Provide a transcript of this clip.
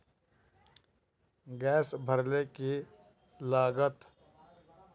Gas भरले की लागत?